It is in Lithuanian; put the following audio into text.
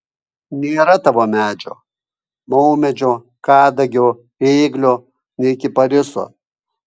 nėra tavo medžio maumedžio kadagio ėglio nei kipariso